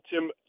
Tim